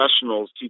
professionals